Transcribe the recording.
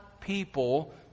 people